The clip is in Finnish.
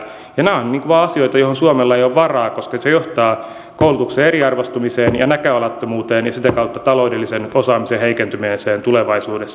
nämä vaan ovat asioita joihin suomella ei ole varaa koska ne johtavat koulutuksen eriarvoistumiseen ja näköalattomuuteen ja sitä kautta taloudellisen osaamisen heikentymiseen tulevaisuudessa